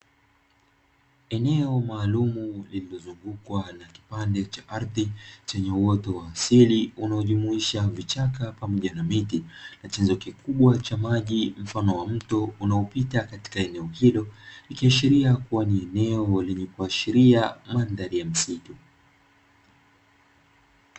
Eneo maalumu lililozungukwa na kipande cha ardhi, chenye uoto wa asili unaojumuisha vichaka pamoja na miti, na chanzo kikubwa cha maji mfano wa mto unaopita katika eneo hilo, ikiashiria kuwa ni eneo lenye kuashiria mandhari ya msitu.